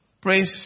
Praise